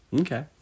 okay